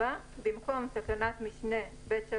יבוא "תקנת משנה (ב3)